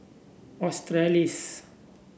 Australis